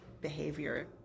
behavior